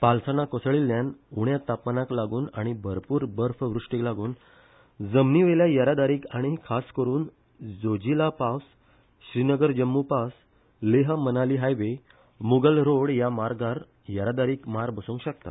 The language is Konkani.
पालसणां कोसळिल्ल्यान उण्या तापमानाक लागून आनी भरपूर बर्फ वृश्टीक लागून जमनी वयल्या येरादारीक आनी खास करून Zojila pass Srinagar Jammu pass Leh Manali highway Mughal road ह्या मार्गार येरादारी मार बसूंक शकता